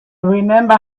remember